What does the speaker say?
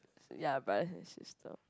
ya but his sister